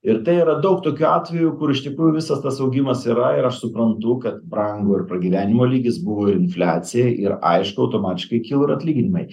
ir tai yra daug tokių atvejų kur iš tikrųjų visas tas augimas yra ir aš suprantu kad brangu ir pragyvenimo lygis buvo ir infliacijai ir aišku automatiškai kilo ir atlyginimai